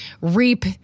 reap